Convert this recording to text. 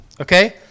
Okay